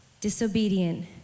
disobedient